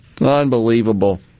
Unbelievable